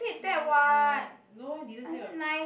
no I didn't say what